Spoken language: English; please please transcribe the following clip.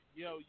yo